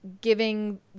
giving